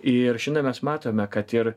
ir šiandien mes matome kad ir